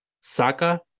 Saka